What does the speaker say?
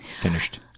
finished